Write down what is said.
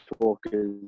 talkers